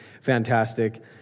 fantastic